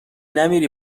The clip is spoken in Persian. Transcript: نمیری